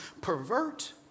pervert